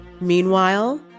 Meanwhile